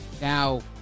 now